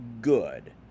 good